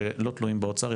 שלא תלויים באוצר,